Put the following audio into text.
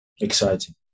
Exciting